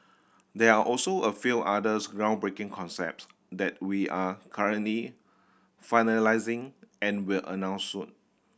there are also a few other groundbreaking concepts that we're currently finalising and will announce soon